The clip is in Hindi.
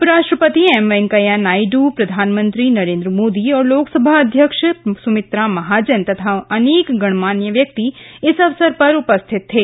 उपराष्ट्रपति एम वेंकैया नायडू प्रधानमंत्री नरेन्द्र मोदी और लोकसभा अध्यक्ष सुमित्रा महाजन तथा अनेक गणमान्य व्यक्ति इस अवसर पर उपस्थित थे